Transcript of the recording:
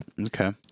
Okay